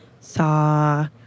saw